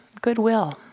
goodwill